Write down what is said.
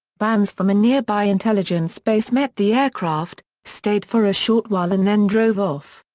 vans from a nearby intelligence base met the aircraft, stayed for a short while and then drove off.